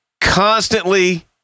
constantly